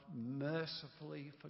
mercifully